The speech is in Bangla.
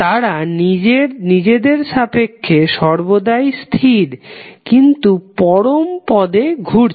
তারা নিজেদের সাপেক্ষে সর্বদাই স্থির কিন্তু পরম পদে ঘুরছে